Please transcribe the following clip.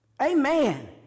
Amen